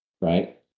right